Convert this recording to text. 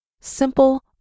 Simple